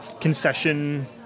concession